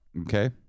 okay